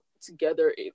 together